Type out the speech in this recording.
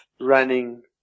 running